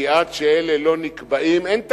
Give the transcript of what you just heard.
כי עד שאלה לא נקבעים, אין תקציב.